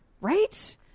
right